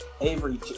Avery